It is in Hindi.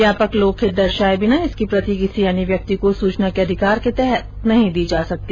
व्यापक लोकहित दर्शाये बिना इसकी प्रति किसी अन्य व्यक्ति को सूचना के अधिकार के तहत नहीं दी जा सकती